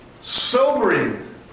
Sobering